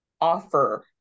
offer